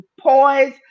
poise